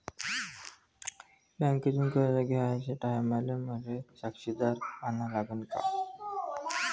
बँकेतून कर्ज घ्याचे टायमाले मले साक्षीदार अन लागन का?